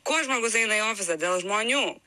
ko žmogus eina į ofisą dėl žmonių